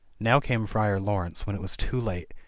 now came friar laurence when it was too late,